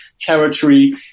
territory